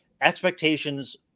expectations